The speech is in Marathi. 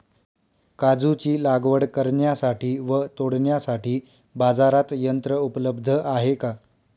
काजूची लागवड करण्यासाठी व तोडण्यासाठी बाजारात यंत्र उपलब्ध आहे का?